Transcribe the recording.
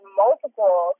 multiple